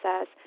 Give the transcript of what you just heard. says